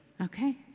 Okay